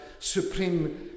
supreme